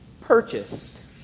purchased